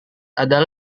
ada